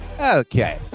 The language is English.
Okay